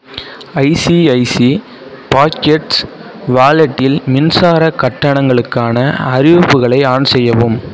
ICICI pockets வாலெட்டில் மின்சார கட்டணங்களுக்கான அறிவிப்புகளை ஆன் செய்யவும்